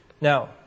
Now